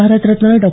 Bharat Ratna Dr